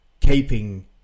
keeping